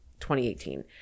2018